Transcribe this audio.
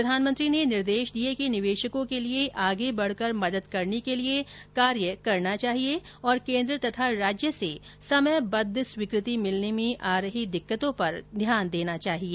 प्रधानमंत्री ने निर्देश दिए कि निवेशकों के लिए आगे बढकर मदद करने के लिए कार्य करना चाहिए और केन्द्र तथा राज्य से समयबद्व स्वीकृति मिलने में आ रही दिक्कतों पर ध्यान देना चाहिए